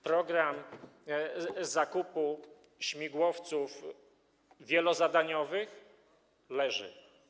Program zakupu śmigłowców wielozadaniowych leży.